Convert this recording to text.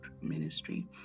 ministry